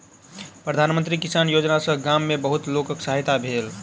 प्रधान मंत्री किसान योजना सॅ गाम में बहुत लोकक सहायता भेल